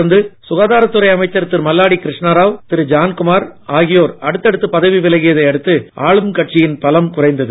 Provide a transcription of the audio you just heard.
தொடர்ந்து சுகாதாரத் துறை அமைச்சர் திரு மல்லாடி கிருஷ்ணாராவ் திரு ஜான்குமார் ஆகியோர் அடுத்தடுத்து பதவி விலகியதை அடுத்து ஆளும் கட்சியின் பலம் குறைந்தது